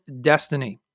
destiny